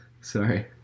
Sorry